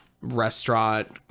restaurant